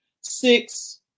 six